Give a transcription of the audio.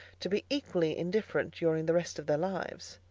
to be equally indifferent during the rest of their lives?